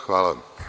Hvala.